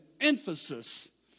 emphasis